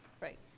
Right